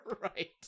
Right